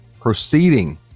proceeding